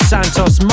Santos